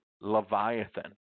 Leviathan